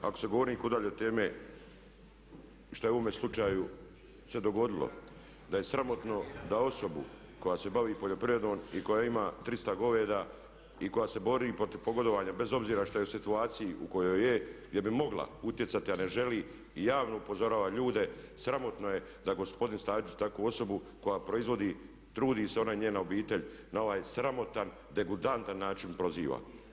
Ako se govornik udalji od teme, što je u ovome slučaju se dogodilo, da je sramotno da osobu koja se bavi poljoprivredom i koja ima 300 goveda i koja se bori protiv pogodovanja bez obzira što je u situaciji u kojoj je gdje bi mogla utjecati a ne želi i javno upozorava ljude sramotno je da gospodin Stazić takvu osobu koja proizvodi i trudi se ona i njena obitelj na ovaj sramotan, degutantan način proziva.